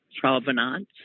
provenance